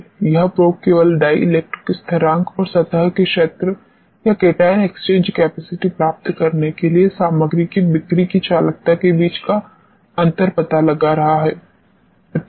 यह प्रोब केवल डिइलेक्ट्रिक स्थिरांक और सतह के क्षेत्र या केटायन एक्सचेंज कैपेसिटी प्राप्त करने के लिए सामग्री की बिक्री की चालकता के बीच अंतर का पता लगा रहा है इत्यादि